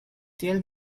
tiel